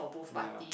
ya